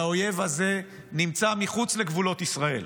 והאויב הזה נמצא מחוץ לגבולות ישראל.